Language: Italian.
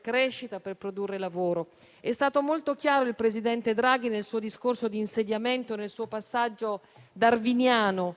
crescita e lavoro. È stato molto chiaro il presidente Draghi nel suo discorso di insediamento, nel suo passaggio darwiniano.